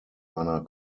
einer